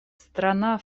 страна